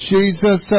Jesus